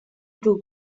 two